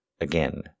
again